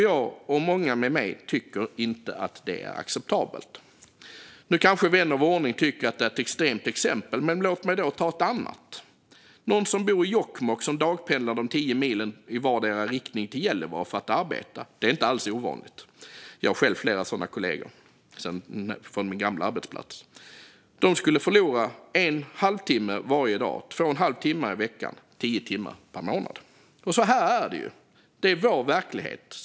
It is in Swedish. Jag och många med mig tycker inte att det är acceptabelt. Nu kanske vän av ordning tycker att det är ett extremt exempel, men låt mig då ta ett annat: någon som bor i Jokkmokk och som dagpendlar till Gällivare, tio mil i vardera riktningen, för att arbeta. Det är inte alls ovanligt. Jag hade själv flera sådana kollegor på min gamla arbetsplats. De skulle förlora en halvtimme varje dag, två och en halv timme i veckan, tio timmar per månad. Så här är det. Det är vår verklighet.